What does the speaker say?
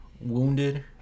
wounded